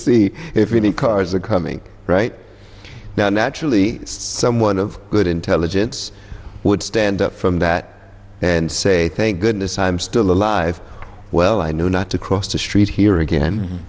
need cars or coming right now naturally someone of good intelligence would stand out from that and say thank goodness i'm still alive well i knew not to cross the street here again